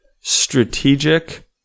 strategic